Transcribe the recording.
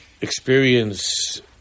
experience